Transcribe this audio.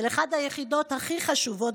של אחת היחידות הכי חשובות,